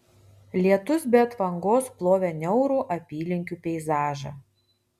lietus be atvangos plovė niaurų apylinkių peizažą